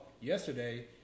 yesterday